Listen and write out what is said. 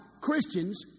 Christians